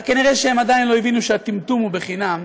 רק כנראה הם עדיין לא הבינו שהטמטום הוא חינם,